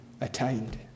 attained